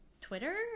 Twitter